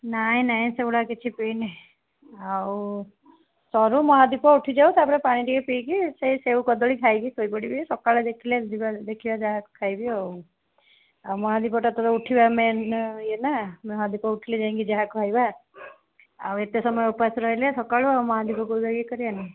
ନାହିଁ ନାହିଁ ସେଗୁଡ଼ା କିଛି ପିଇନି ଆଉ ସରୁ ମହାଦୀପ ଉଠିଯାଉ ତାପରେ ପାଣି ଟିକିଏ ପିଇକି ସେଇ ସେଉ କଦଳୀ ଖାଇକି ଶୋଇପଡ଼ିବି ସକାଳେ ଦେଖିଲେ ଯିବା ଦେଖିବା ଯାହା ଖାଇବି ଆଉ ଆଉ ମହାଦୀପଟା ଟିକିଏ ଉଠିବା ମେନ୍ ଇଏନା ମହାଦୀପ ଉଠିଲେ ଯାଇକି ଯାହା ଖାଇବା ଆଉ ଏତେ ସମୟ ଉପାସ ରହିଲେ ସକାଳୁ ଆଉ ମହାଦୀପ କରିବାନି